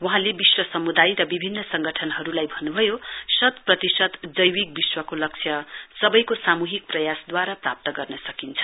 वहाँले विश्व सम्दाय र विभिन्न संगठनहरुलाई भन्न्भयो शत प्रतिशत जैविक विश्वको लक्ष्य सवैको सामुहिक प्रयास द्वारा प्राप्त गर्न सकिन्छ